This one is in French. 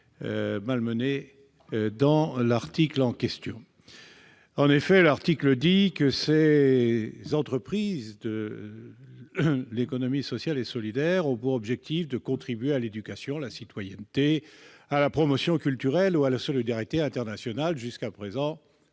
malmenée à l'article 29. Il est écrit, en effet, que les entreprises de l'économie sociale et solidaire ont pour objectif de contribuer à l'éducation à la citoyenneté, à la promotion culturelle ou à la solidarité internationale- jusque-là, tout